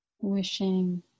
wishing